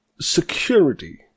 security